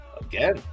again